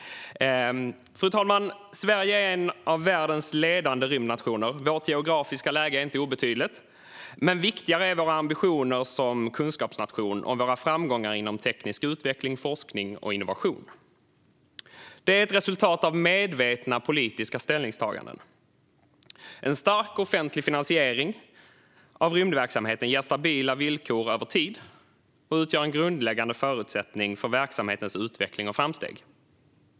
Fru talman! Sverige är en av världens ledande rymdnationer. Vårt geografiska läge är inte utan betydelse, men viktigare är våra ambitioner som kunskapsnation och våra framgångar inom teknisk utveckling, forskning och innovation. Det är ett resultat av medvetna politiska ställningstaganden. En stark offentlig finansiering av rymdverksamheten ger stabila villkor över tid och utgör en grundläggande förutsättning för verksamhetens utveckling och framsteg.